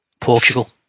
Portugal